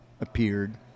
appeared